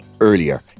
earlier